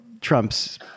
trump's